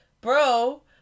bro